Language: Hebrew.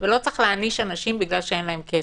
ולא צריך להעניש אנשים בגלל זה שאין להם כסף.